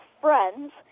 friends